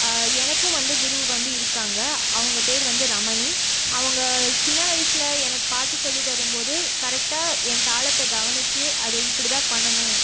எனக்கும் வந்து குரு வந்து இருக்காங்க அவங்க பேர் வந்து ரமணி அவங்க சின்ன வயசில் எனக்கு பாட்டு சொல்லி தரும்போது கரெக்டாக என் தாளத்தை கவனிச்சு அது இப்படிதான் பண்ணனும்